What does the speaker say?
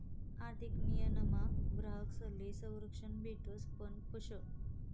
आर्थिक नियमनमा ग्राहकस्ले संरक्षण भेटस पण कशं